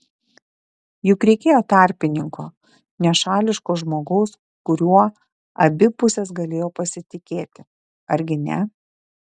juk reikėjo tarpininko nešališko žmogaus kuriuo abi pusės galėjo pasitikėti argi ne